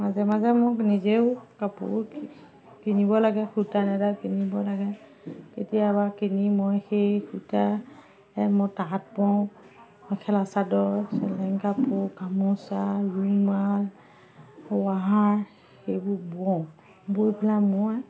মাজে মাজে মোক নিজেও কাপোৰ কিনিব লাগে সূতা নেদা কিনিব লাগে কেতিয়াবা কিনি মই সেই সূতাৰে মই তাঁত বওঁ মেখেলা চাদৰ চেলেং কাপোৰ গামোচা ৰুমাল সেইবোৰ বওঁ বৈ পেলাই মই